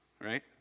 right